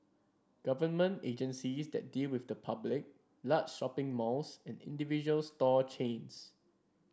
government agencies that deal with the public large shopping malls and individual store chains